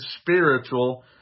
spiritual